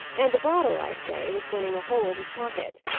and the bottle, i say, was burning a hole in his pocket.